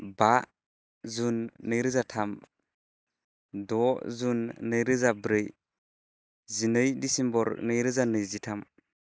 बा जुन नैरोजा थाम द' जुन नैरोजा ब्रै जिनै दिसेम्बर नैरोजा नैजिथाम